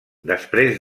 després